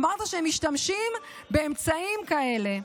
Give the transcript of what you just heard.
אמרת שהם משתמשים באמצעים כאלה,